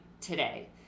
today